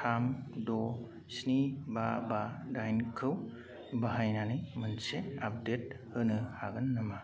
थाम द' स्नि बा बा दाइनखौ बाहायनानै मोनसे आपडेट होनो हागोन नामा